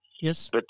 Yes